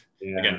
again